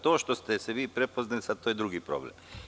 To što ste se vi prepoznali, to je drugi problem.